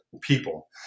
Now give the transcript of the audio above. people